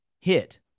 hit